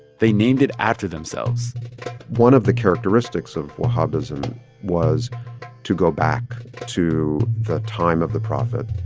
they named it after themselves one of the characteristics of wahhabism was to go back to the time of the prophet.